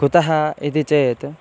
कुतः इति चेत्